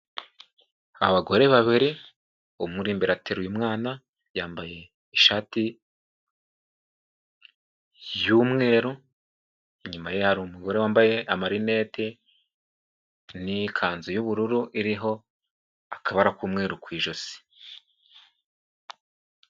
Abagore babiri, umwe uri imbere ateruye umwana, yambaye ishati y'umweru, inyuma ye hari umugore wambaye amarinete n'ikanzu y'ubururu iriho akabara k'umweru ku ijosi.